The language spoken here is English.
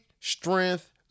strength